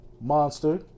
Monster